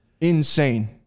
insane